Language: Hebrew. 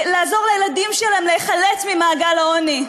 לעזור לילדים שלהם להיחלץ ממעגל העוני.